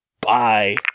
Bye